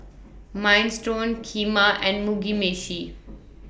Minestrone Kheema and Mugi Meshi